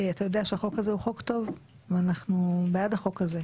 אתה יודע שהחוק הזה הוא חוק טוב ואנחנו בעד החוק הזה.